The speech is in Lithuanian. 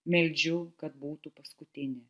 meldžiu kad būtų paskutinė